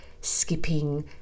skipping